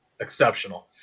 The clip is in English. exceptional